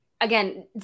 Again